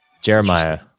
Jeremiah